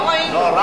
לא ראינו.